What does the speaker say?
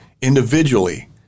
individually